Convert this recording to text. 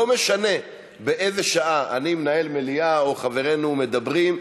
לא משנה באיזו שעה אני מנהל מליאה או חברינו מדברים,